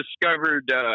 discovered